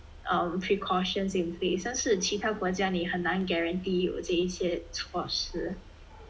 um precautions in place 但是其他国家你很难 guarantee 有这些措施